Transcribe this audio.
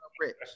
rich